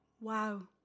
Wow